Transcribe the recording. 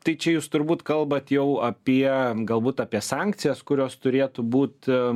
tai čia jūs turbūt kalbat jau apie galbūt apie sankcijas kurios turėtų būt